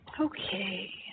Okay